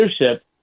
leadership